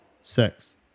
six